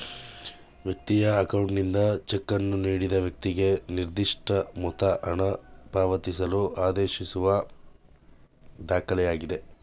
ವ್ಯಕ್ತಿಯ ಅಕೌಂಟ್ನಿಂದ ಚೆಕ್ಕನ್ನು ನೀಡಿದ ವ್ಯಕ್ತಿಗೆ ನಿರ್ದಿಷ್ಟಮೊತ್ತ ಹಣಪಾವತಿಸಲು ಆದೇಶಿಸುವ ದಾಖಲೆಯಾಗಿದೆ